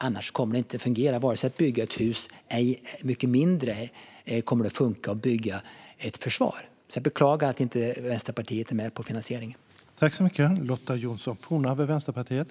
Annars kommer det inte att fungera att bygga ett hus och än mindre att bygga ett försvar. Jag beklagar att Vänsterpartiet inte är med på finansieringen.